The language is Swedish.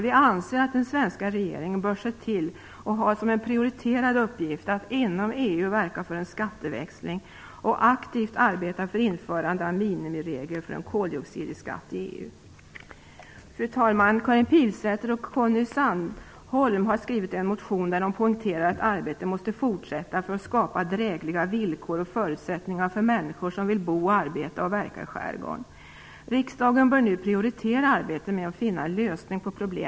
Vi anser att den svenska regeringen bör se det som en prioriterad uppgift att inom EU verka för en skatteväxling och aktivt arbeta för införande av minimiregler för en koldioxidskatt i EU. Fru talman! Karin Pilsäter och Conny Sandholm har väckt en motion där de poängterar att arbetet för att skapa drägliga villkor och förutsättningar för människor som vill bo, arbeta och verka i skärgården måste fortsätta.